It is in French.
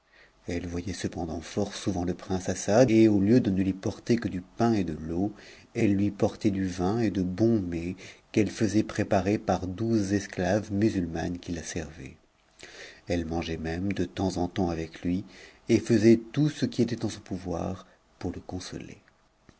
elle voyait cependant fort souvent e prince assad et au heu de ne lui porter que du pain et de l'eau elle lui portait du vin et de bons mets qu'elle faisait préparer par douze esclaves musulmanes qui la servaient elle mangeait même de temps en temps avec lui et faisait tout ce qui était en son pouvoir pour le consoler